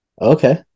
Okay